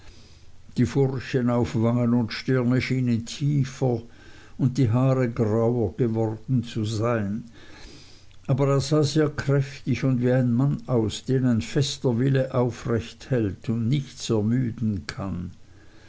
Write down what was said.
die furchen auf wangen und stirne schienen tiefer und die haare grauer geworden zu sein aber er sah sehr kräftig und wie ein mann aus den ein fester wille aufrecht erhält und nichts ermüden kann